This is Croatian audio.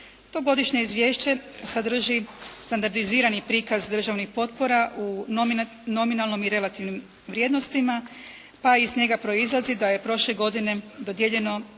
To godišnje izvješće sadrži standardizirani prikaz državnih potpora u nominalnom i relativnim vrijednostima pa iz njega proizlazi da je prošle godine dodijeljeno